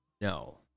No